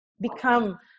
become